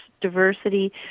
diversity